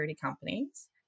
companies